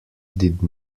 did